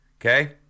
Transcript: okay